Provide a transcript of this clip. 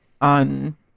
on